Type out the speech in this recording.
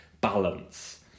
balance